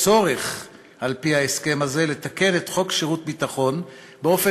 "צורך על-פי ההסכם הזה לתקן את חוק שירות ביטחון באופן